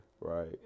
right